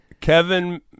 Kevin